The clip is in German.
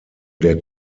der